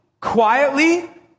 quietly